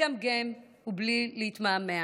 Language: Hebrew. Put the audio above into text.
בלי לגמגם ובלי להתמהמה.